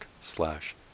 slash